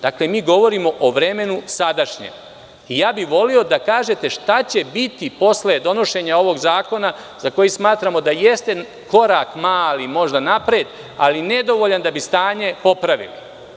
Dakle, mi govorimo o vremenu sadašnjem i voleo bih da kažete šta će biti posle donošenja ovog zakona za koji smatramo da jeste mali korak možda napred, ali nedovoljan da bi stanje popravili.